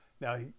Now